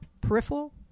Peripheral